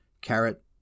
carrot